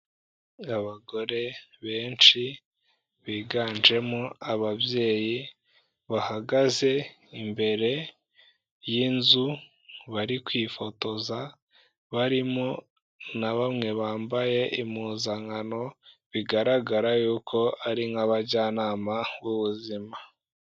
Abagore benshi, biganjemo ababyeyi, bahagaze imbere y'inzu, bari kwifotoza, barimo na bamwe bambaye impuzankano bigaragara y'uko ari nk'abajyanama b'ubuzima.